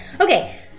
Okay